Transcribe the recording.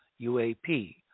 UAP